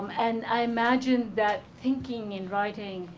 and i imagine that thinking and writing,